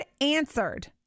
answered